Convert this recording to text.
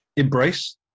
embrace